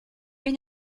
une